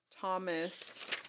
Thomas